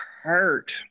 hurt